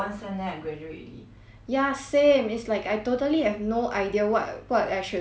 ya same it's like I totally have no idea what what I should do after graduation eh